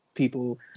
People